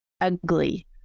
ugly